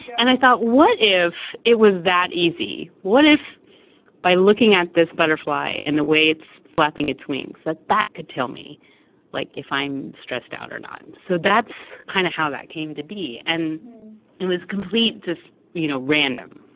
and i thought, what if it was that easy? what if by looking at this butterfly and the way it's flapping its wings, that that could tell me like if i'm stressed out or not? so that's kinda kind of how that came to be. and it was complete you know random,